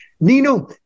Nino